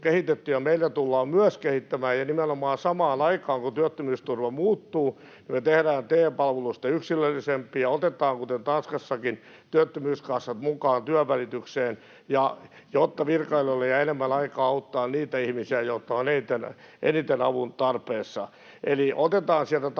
ja meillä tullaan myös kehittämään. Nimenomaan samaan aikaan, kun työttömyysturva muuttuu, me tehdään TE-palveluista yksilöllisempiä. Otetaan, kuten Tanskassakin, työttömyyskassat mukaan työnvälitykseen, jotta virkailijoille jää enemmän aikaa auttaa niitä ihmisiä, jotka ovat eniten avun tarpeessa. Eli otetaan sieltä Tanskasta